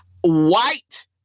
White